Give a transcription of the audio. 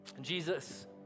Jesus